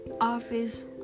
office